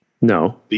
No